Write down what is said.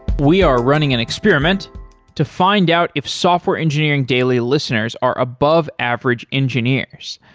we are running an experiment to find out if software engineering daily listeners are above average engineers.